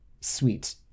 sweet